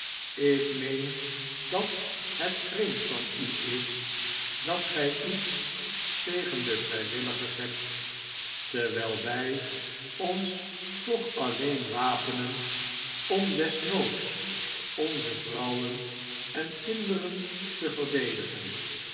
ik meen dat het vreemd van u is dat gij ieta tegen de vrijwilligers hebt terwijl wij ons toch alleen wapenen om des noods onze vrouwen en kinderen te verdedigen